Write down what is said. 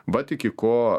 vat iki ko